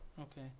Okay